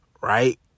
right